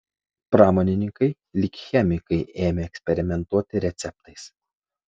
pramonininkai lyg chemikai ėmė eksperimentuoti receptais